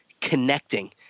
connecting